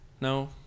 No